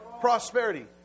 prosperity